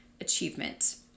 achievement